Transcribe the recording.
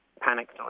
panicked